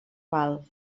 val